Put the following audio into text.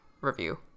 review